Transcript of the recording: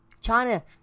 China